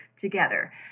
together